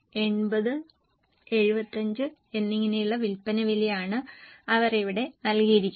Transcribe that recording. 80 75 എന്നിങ്ങനെയുള്ള വിൽപ്പന വിലയാണ് അവർ ഇവിടെ നൽകിയിരിക്കുന്നത്